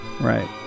Right